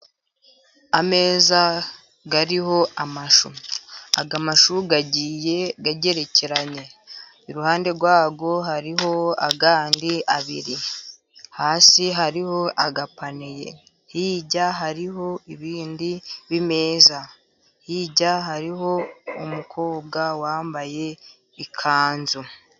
Ameza ariho amashu, amashu agiye agerekeranye iruhande rwaho hariho ayandi abiri, hasi hariho agapaniye, hirya hariho ibindi bimeza, hirya hariho umukobwa wambaye ikanzu.